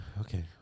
Okay